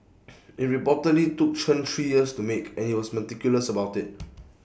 IT reportedly took Chen three years to make and he was meticulous about IT